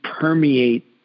permeate